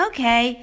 Okay